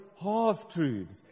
half-truths